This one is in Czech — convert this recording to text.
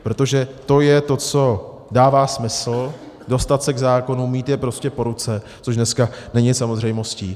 Protože to je to, co dává smysl: dostat se k zákonům, mít je prostě po ruce, což dneska není samozřejmostí.